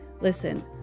listen